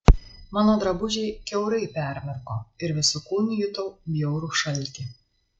mano drabužiai kiaurai permirko ir visu kūnu jutau bjaurų šaltį